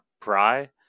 Pry